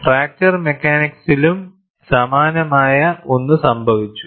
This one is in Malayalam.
ഫ്രാക്ചർ മെക്കാനിക്സിലും സമാനമായ ഒന്ന് സംഭവിച്ചു